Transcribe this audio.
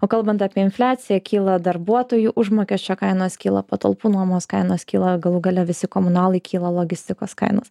o kalbant apie infliaciją kyla darbuotojų užmokesčio kainos kyla patalpų nuomos kainos kyla galų gale visi komanalai kyla logistikos kainos